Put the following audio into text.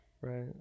Right